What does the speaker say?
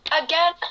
Again